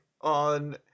on